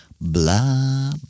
blah